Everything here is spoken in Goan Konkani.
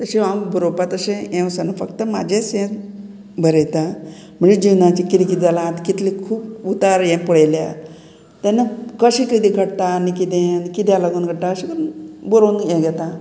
तशें हांव बरोवपा तशें हें वचना फक्त म्हाजेंच हें बरयता म्हणजे जिवनाची किदें किदें जालां आतां कितलें खूब उतार हें पळयल्या तेन्ना कशें किदें घडटा आनी किदें आनी किद्याक लागून घडटा अशें करून बरोवन हें घेता